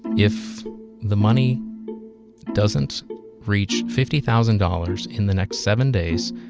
if the money doesn't reach fifty thousand dollars in the next seven days,